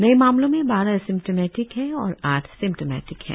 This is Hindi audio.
नए मामलों में बारह एसिम्टमेटिक और आठ सिम्टमेटिक है